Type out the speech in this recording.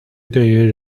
对于